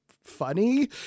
funny